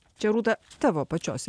čia rūta tavo pačios